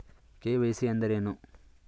KYC ಎಂದರೇನು?